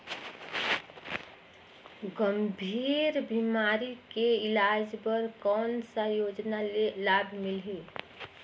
गंभीर बीमारी के इलाज बर कौन सा योजना ले लाभ मिलही?